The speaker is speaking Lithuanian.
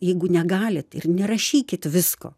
jeigu negalit ir nerašykit visko